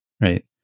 right